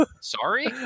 Sorry